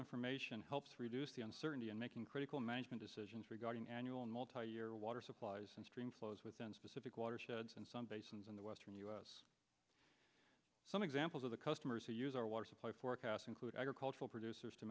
information helps reduce the uncertainty and making critical management decisions regarding annual multi year water supplies and stream flows within specific watersheds and some basins in the western u s some examples of the customers who use our water supply forecasts include agricultural producers to